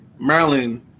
Maryland